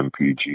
MPG